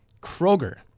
Kroger